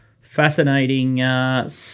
Fascinating